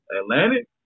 Atlantic